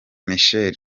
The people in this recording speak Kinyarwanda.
michel